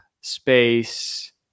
space